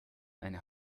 eine